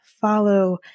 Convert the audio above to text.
follow